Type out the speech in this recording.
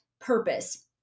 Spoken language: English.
purpose